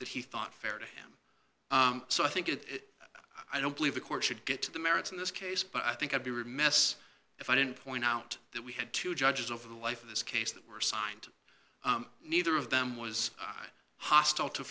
that he thought fair to him so i think it i don't believe the court should get to the merits in this case but i think i'd be remiss if i didn't point out that we had two judges over the life of this case that were signed neither of them was hostile to